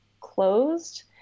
closed